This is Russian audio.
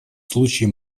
случае